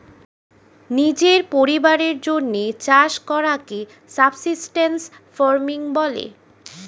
নিজের পরিবারের জন্যে চাষ করাকে সাবসিস্টেন্স ফার্মিং বলে